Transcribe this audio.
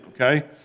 okay